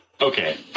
Okay